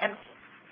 and